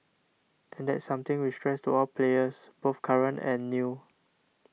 and that's something we stress all players both current and new